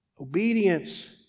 Obedience